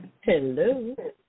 Hello